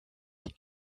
die